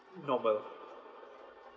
normal